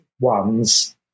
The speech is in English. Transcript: ones